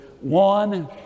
one